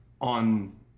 on